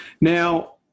now